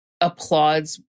applauds